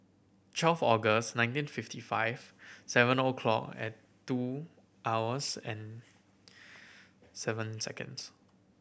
twelve August nineteen fifty five seven o'clock at two hours and seven seconds